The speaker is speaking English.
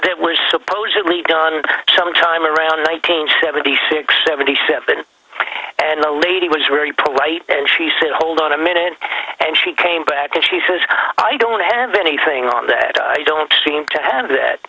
that was supposedly done sometime around one nine hundred seventy six seventy seven and the lady was very polite and she said hold on a minute and she came back and she says i don't have anything on that i don't seem to have that